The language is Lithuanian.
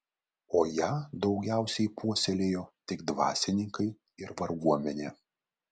o ją daugiausiai puoselėjo tik dvasininkai ir varguomenė